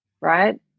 right